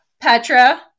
Petra